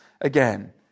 again